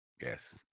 Yes